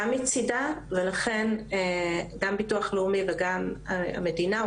גם מצידה ולכן גם ביטוח לאומי וגם המדינה,